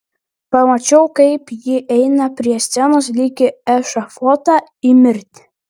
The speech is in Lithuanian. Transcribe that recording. pamačiau kaip ji eina prie scenos lyg į ešafotą į mirtį